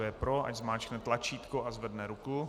Kdo je pro, ať zmáčkne tlačítko a zvedne ruku.